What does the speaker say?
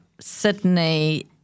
Sydney